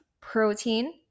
protein